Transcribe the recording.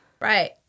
Right